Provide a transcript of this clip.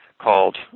called